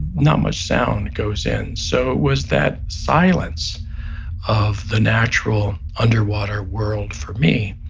not much sound goes in. so it was that silence of the natural underwater world for me,